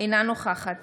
אינה נוכחת